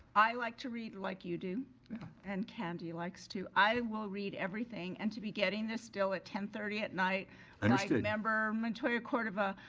i like to read like you do and candy likes to. i will read everything and to be getting this deal at ten thirty at night understood. like member motoya-cordova,